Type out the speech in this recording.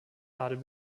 adel